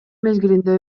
мезгилинде